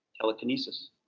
Telekinesis